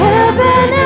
Heaven